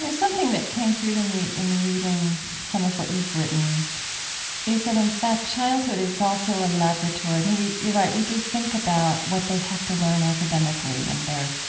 something that came through to me in reading some of what you've written is that, in fact, childhood is also a laboratory. i mean, we you're right, we do think about what they have to learn academically in their,